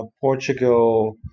Portugal